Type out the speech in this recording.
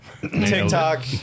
TikTok